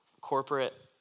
corporate